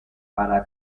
para